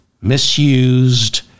misused